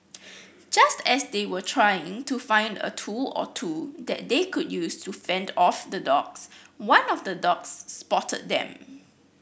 just as they were trying to find a tool or two that they could use to fend off the dogs one of the dogs spotted them